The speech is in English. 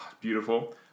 beautiful